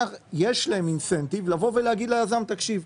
יש להם אינסנטיב לבוא ולהגיד ליזם: "תקשיב,